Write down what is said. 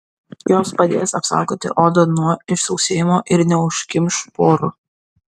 jos padės apsaugoti odą nuo išsausėjimo ir neužkimš porų